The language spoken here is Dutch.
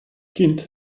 kind